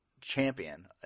Champion